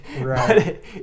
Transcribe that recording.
Right